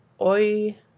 Oi